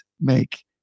make